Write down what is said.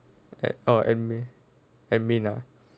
ad~ orh administration administration ah